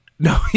No